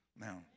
Now